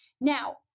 Now